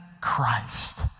Christ